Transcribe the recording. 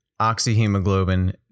oxyhemoglobin